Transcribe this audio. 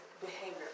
behavior